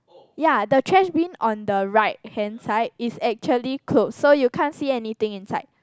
ya the trash bin on the right hand side is actually closed so you can't see anything inside